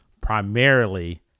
primarily